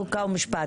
חוק ומשפט.